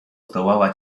zdołała